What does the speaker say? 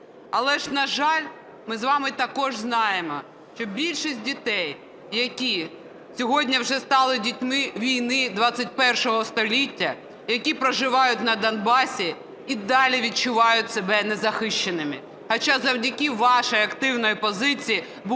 Але ж, на жаль, ми з вами також знаємо, що більшість дітей, які сьогодні вже стали дітьми-війни ХХІ століття, які проживають на Донбасі, і далі відчувають себе незахищеними. Хоча завдяки вашій активній позиції